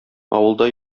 авылда